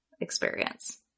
experience